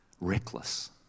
reckless